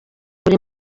buri